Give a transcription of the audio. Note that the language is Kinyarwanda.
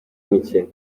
mike